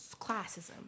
classism